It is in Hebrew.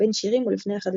בין שירים או לפני החדשות.